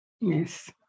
Yes